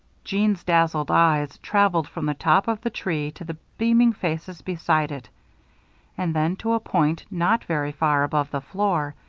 jeanne's dazzled eyes traveled from the top of the tree to the beaming faces beside it and then to a point not very far above the floor,